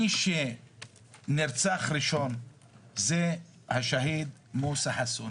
מי שנרצח ראשון זה השאהיד מוסא חסון.